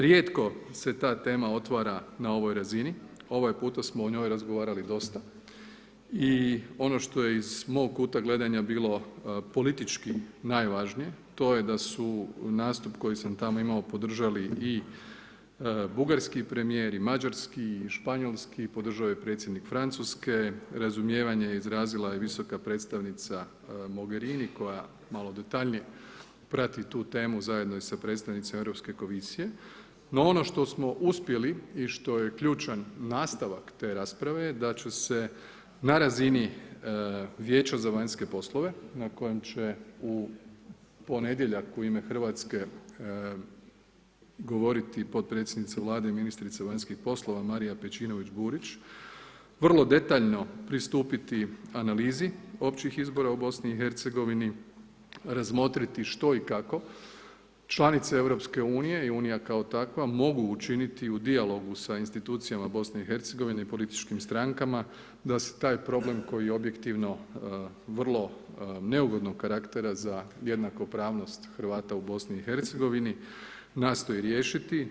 Rijetko se ta tema otvara na ovoj razini ovaj puta smo o njoj razgovarali dosta i ono što je iz mog kuta gledanja bilo politički najvažnije to je da su nastup koji sam tamo imao podržali i bugarski premijer i mađarski i španjolski, podržao je i predsjednik Francuske, razumijevanje je izrazila i visoka predstavnica Mogerini koja malo detaljnije prati tu temu zajedno i sa predstavnicima Europske komisije, no ono što smo uspjeli i što je ključan nastavak te rasprave da ću se na razini Vijeća za vanjske poslove, na kojem će u ponedjeljak u ime Hrvatske govoriti potpredsjednica Vlade i ministrica vanjskih poslova Marija Pejčinović Burić, vrlo detaljno pristupiti analizi općih izbora u BiH, razmotriti što i kako članice Europske unije i unija kao takva mogu učiniti u dijalogu sa institucijama BiH političkim strankama da se taj problem koji je objektivno vrlo neugodnog karaktera za jednakopravnost Hrvata u BiH nastoji riješiti.